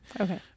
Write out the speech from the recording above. Okay